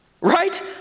Right